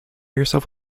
yourself